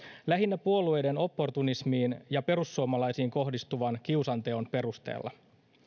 lähinnä puolueiden opportunismin ja perussuomalaisiin kohdistuvan kiusanteon perusteella